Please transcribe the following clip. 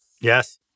Yes